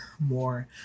more